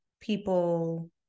people